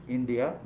India